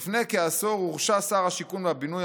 לפני כעשור הורשע שר השיכון והבינוי